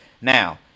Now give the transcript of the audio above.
Now